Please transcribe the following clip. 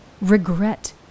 regret